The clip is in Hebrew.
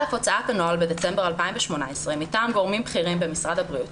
על אף הוצאת הנוהל בדצמבר 2018 מטעם גורמים בכירים במשרד הבריאות,